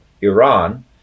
Iran